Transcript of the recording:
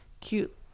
cute